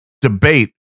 debate